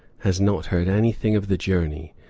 has not heard anything of the journey.